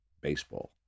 baseball